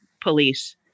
police